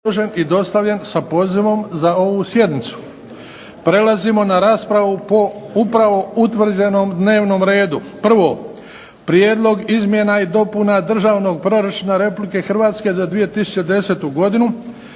**Bebić, Luka (HDZ)** Prelazimo na raspravu po upravo utvrđenom dnevnom redu. 1. Prijedlog izmjena i dopuna Državnog proračuna Republike Hrvatske za 2010. godinu,